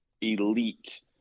elite